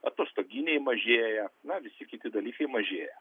atostoginiai mažėja na visi kiti dalykai mažėja